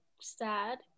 sad